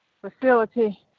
facility